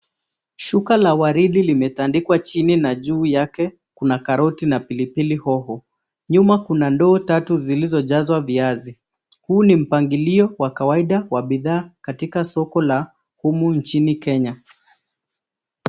Shuka la waridi limetandikwa chini na juu yake kuna karoti na pilipili hoho. Nyuma kuna ndoo tatu zilizojazwa viazi. Huu ni mpangilio wa kawaida wa bidhaa katika soko la humu nchini Kenya.